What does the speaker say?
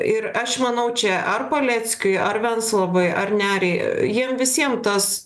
ir aš manau čia ar paleckiui ar venclovai ar neriai jiem visiem tas